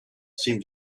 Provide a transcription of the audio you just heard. seemed